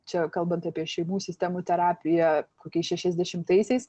čia kalbant apie šeimų sistemų terapiją kokiais šešiasdešimtaisiais